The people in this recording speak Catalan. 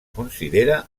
considera